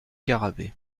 garrabet